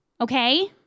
Okay